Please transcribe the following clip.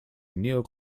neo